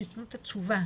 שיתנו את התשובה.